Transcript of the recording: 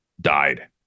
died